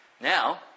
Now